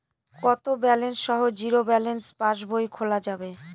কত ব্যালেন্স সহ zero balance passbook খোলা যাবে?